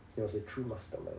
he was a true mastermind